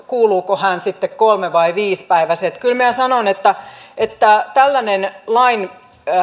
kuuluuko hän sitten kolme vai viisipäiväiseen kyllä minä sanon että että tällainen lain